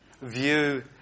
view